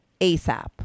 ASAP